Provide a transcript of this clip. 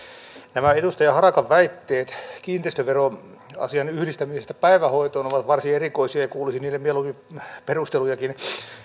nämä edustaja harakan väitteet kiinteistöveroasian yhdistämisestä päivähoitoon ovat varsin erikoisia ja kuulisin niihin mieluusti perustelujakin